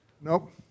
Nope